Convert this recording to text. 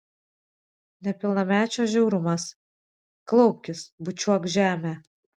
nepilnamečio žiaurumas klaupkis bučiuok žemę